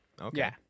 Okay